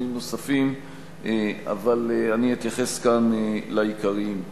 שינויים נוספים אבל אתייחס כאן לעיקריים.